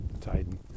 Titan